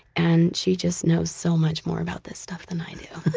and she just knows so much more about this stuff than i do